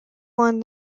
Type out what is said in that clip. one